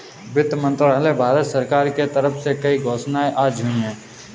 वित्त मंत्रालय, भारत सरकार के तरफ से कई घोषणाएँ आज हुई है